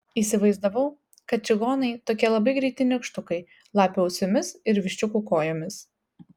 įsivaizdavau kad čigonai tokie labai greiti nykštukai lapių ausimis ir viščiukų kojomis